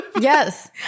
Yes